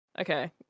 Okay